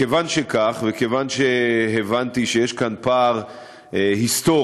כיוון שכך וכיוון שהבנתי שיש כאן פער היסטורי,